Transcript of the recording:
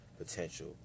Potential